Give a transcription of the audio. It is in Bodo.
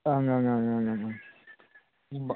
ओं ओं